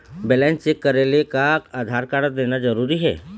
Balance check करेले का Aadhaar card देना जरूरी हे?